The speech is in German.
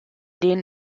denen